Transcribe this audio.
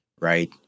Right